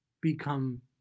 become